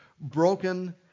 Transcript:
broken